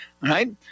Right